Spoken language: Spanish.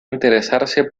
interesarse